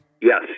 Yes